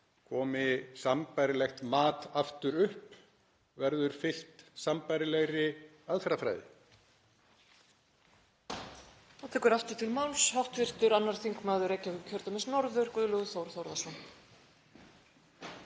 Komi sambærilegt mat aftur upp verður sambærilegri aðferðafræði